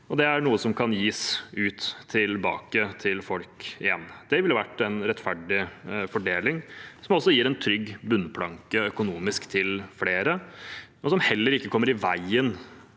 det er noe som kan gis tilbake til folk igjen. Det ville vært en rettferdig fordeling, som også gir en trygg økonomisk bunnplanke til flere, og som heller ikke kommer i veien